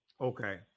okay